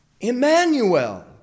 Emmanuel